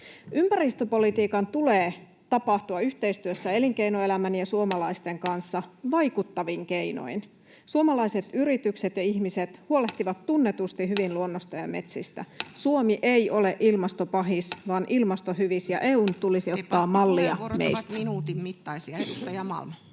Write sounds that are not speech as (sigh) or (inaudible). Ympäristöpolitiikan tulee tapahtua yhteistyössä elinkeinoelämän ja suomalaisten (noise) kanssa vaikuttavin keinoin. Suomalaiset yritykset ja ihmiset huolehtivat (noise) tunnetusti hyvin luonnosta ja metsistä. Suomi ei ole ilmastopahis vaan ilmastohyvis, (noise) ja EU:n tulisi ottaa mallia meistä.